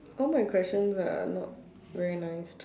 all my questions are not very nice